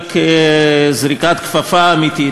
אלא כזריקת כפפה אמיתית,